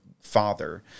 father